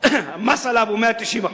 המס עליו הוא 190%?